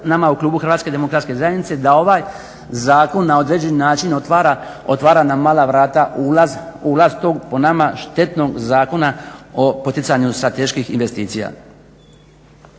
nama u klubu HDZ-a, da ovaj zakon na određeni način otvara na mala vrata ulaz tog po nama štetnog Zakona o poticanju strateških investicija.